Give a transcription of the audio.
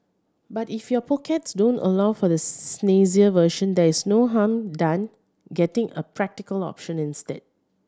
but if your pockets don't allow for the snazzier version there is no harm done getting a practical option instead